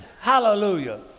Hallelujah